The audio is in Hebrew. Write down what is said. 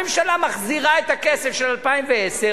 הממשלה מחזירה את הכסף של 2010,